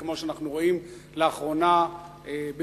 כמו שאנחנו רואים לאחרונה בבקעת-הירדן,